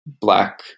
black